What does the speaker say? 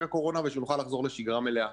הקורונה ושנוכל לחזור לשגרה מלאה.